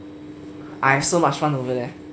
I have so much fun over there